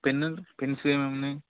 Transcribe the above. పెన్నులు పెన్స్ ఏమేమి ఉన్నాయి